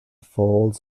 folds